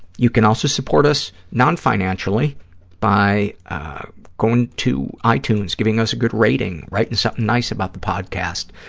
you can also support us non-financially by going to itunes, giving us a good rating, writing something nice about the podcast.